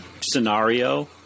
scenario